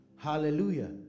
hallelujah